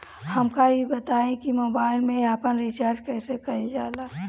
हमका ई बताई कि मोबाईल में आपन रिचार्ज कईसे करल जाला?